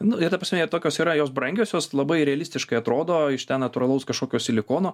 nu ir ta prasme ir tokios yra jos brangios jos labai realistiškai atrodo iš natūralaus kažkokio silikono